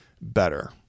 better